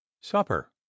Supper